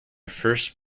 first